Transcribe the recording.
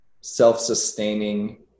self-sustaining